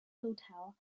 hotel